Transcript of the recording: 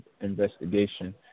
investigation